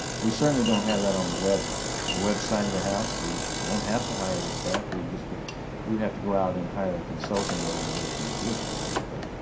we certainly don't have that on the web the web side of the house. we don't have to hire the staff, we just could we would have to go out and hire a consulting organization to do it for us but